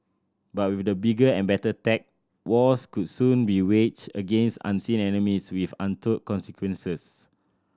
but with the bigger and better tech wars could soon be waged against unseen enemies with untold consequences